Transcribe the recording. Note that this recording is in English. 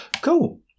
Cool